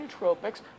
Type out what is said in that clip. Nootropics